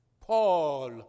Paul